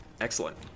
Excellent